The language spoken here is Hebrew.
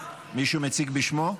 מישהו מציג בשמו?